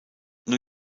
new